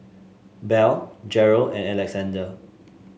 Belle Jerald and Alexander